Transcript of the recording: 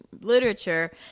literature